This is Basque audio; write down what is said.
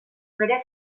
bere